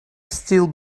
still